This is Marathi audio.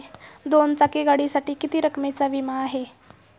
दोन चाकी गाडीसाठी किती रकमेचा विमा आहे?